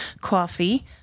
Coffee